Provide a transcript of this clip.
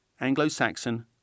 Anglo-Saxon